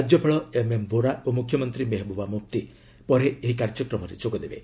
ରାଜ୍ୟପାଳ ଏମ୍ଏମ୍ ଭୋରା ଓ ମୁଖ୍ୟମନ୍ତ୍ରୀ ମେହବୁବା ମୁଫ୍ତି ପରେ ଏହି କାର୍ଯ୍ୟକ୍ରମରେ ଯୋଗଦେବେ